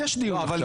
יש דיון עכשיו.